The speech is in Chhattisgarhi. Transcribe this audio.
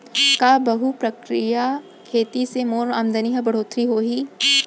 का बहुप्रकारिय खेती से मोर आमदनी म बढ़होत्तरी होही?